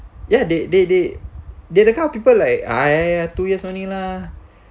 ya they they they they the kind of people like ah ya ya two years only lah